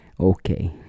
Okay